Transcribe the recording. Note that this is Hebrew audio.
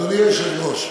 (חברת הכנסת מיכל רוזין יוצאת מאולם המליאה.) אדוני היושב-ראש,